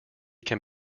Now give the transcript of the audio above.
can